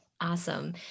awesome